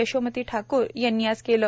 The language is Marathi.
यशोमती ठाकूर यांनी आज केले